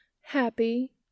Happy